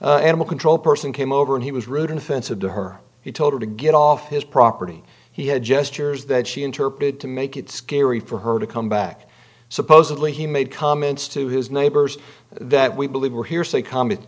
d animal control person came over and he was rude and offensive to her he told her to get off his property he had gestures that she interpreted to make it scary for her to come back supposedly he made comments to his neighbors that we believe were here say com